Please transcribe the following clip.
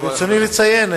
ברצוני לציין,